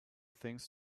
things